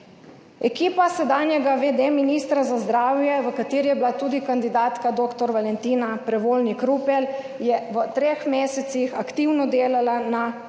Ekipa sedanjega v. d. ministra za zdravje, v kateri je bila tudi kandidatka dr. Valentina Prevolnik Rupel, je v treh mesecih aktivno delala na ukrepih